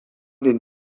den